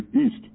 East